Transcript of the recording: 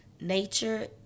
nature